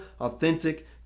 authentic